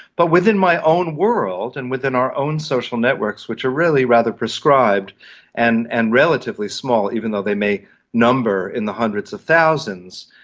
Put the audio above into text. but within my own world and within our own social networks, which are really rather prescribed and and relatively small even though they may number in the hundreds of thousands,